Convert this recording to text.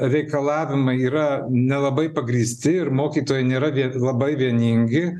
reikalavimai yra nelabai pagrįsti ir mokytojai nėra labai vieningi